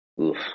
Oof